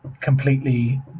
completely